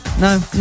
No